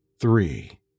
three